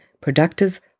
productive